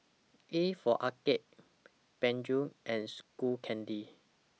A For Arcade Peugeot and Skull Candy